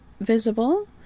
visible